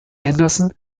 anderson